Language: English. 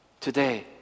today